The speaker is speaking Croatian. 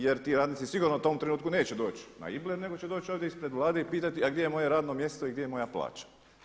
Jer ti radnici sigurno u tom trenutku neće doći na Ibler, nego će doći ovdje ispred Vlade i pitati a gdje je moje radno mjesto i gdje je moja plaća.